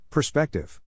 Perspective